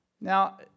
Now